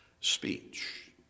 speech